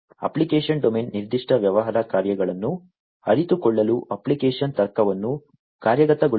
application domain ನಿರ್ದಿಷ್ಟ ವ್ಯವಹಾರ ಕಾರ್ಯಗಳನ್ನು ಅರಿತುಕೊಳ್ಳಲು ಅಪ್ಲಿಕೇಶನ್ ತರ್ಕವನ್ನು ಕಾರ್ಯಗತಗೊಳಿಸುವ ಕಾರ್ಯಗಳ ಗುಂಪನ್ನು ಪ್ರತಿನಿಧಿಸುತ್ತದೆ